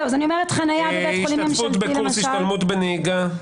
השתתפות בקורס השתלמות בנהיגה,